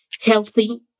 healthy